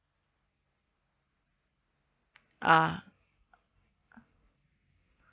ah